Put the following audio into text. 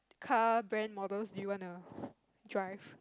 car brand models do you wanna drive